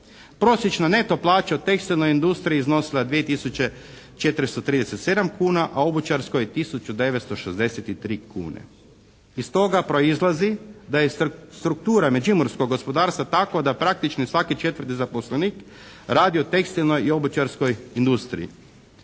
Prosječna neto plaća u tekstilnoj industriji iznosila je 2 tisuće 437 kuna, a u obućarskoj tisuću 963 kune. Iz toga proizlazi da je struktura međimurskog gospodarstva takva da praktično svaki četvrti zaposlenik radi u tekstilnoj i obućarskoj industriji.